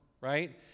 Right